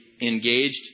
engaged